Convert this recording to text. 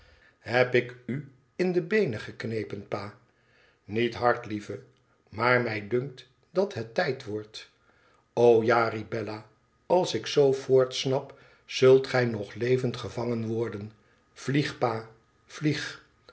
heb ik u in de beenen geknepen pa niet hard lieve maar mij dunkt dat het tijd wordt o ja riep bella als ik zoo voortsnap zult gij nog levend gevangen worden vlieg pa